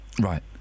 Right